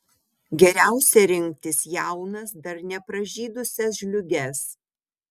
geriausia rinkti jaunas dar nepražydusias žliūges